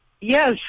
Yes